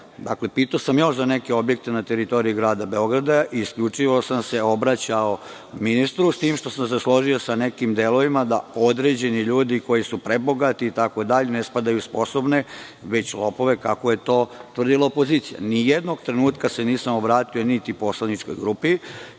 delo. Pitao sam za još neke objekte na teritoriji grada Beograda i isključivo sam se obraćao ministru, s tim što sam se složio sa nekim delovima da određeni ljudi, koji su prebogati itd, ne spadaju u sposobne, već u lopove, kako je to tvrdila opozicija. Ni jednog trenutka se nisam obratio niti poslaničkoj grupi. Pitao